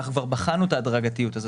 אנחנו כבר בחרנו את ההדרגתיות הזאת,